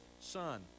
son